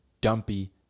dumpy